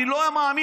אני לא מאמין,